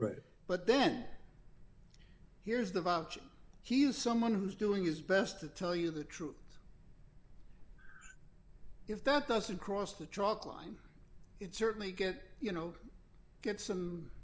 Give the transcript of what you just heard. right but then here's the vouching he is someone who's doing his best to tell you the truth if that doesn't cross the chalk line it certainly get you know get some